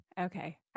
Okay